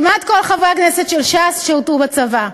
כמעט כל חברי הכנסת של ש"ס שירתו בצבא: